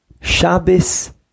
Shabbos